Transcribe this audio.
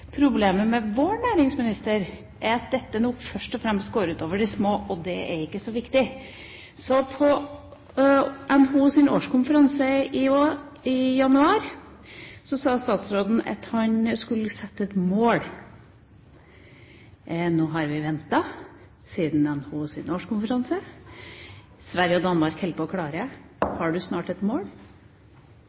Problemet med vår næringsminister er at dette først og fremst går ut over de små, og det er ikke så viktig. På NHOs årskonferanse i januar sa statsråden at han skulle sette et mål. Nå har vi ventet siden NHOs årskonferanse. Sverige og Danmark holder på å klare det. Har statsråden snart et mål?